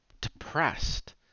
depressed